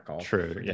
True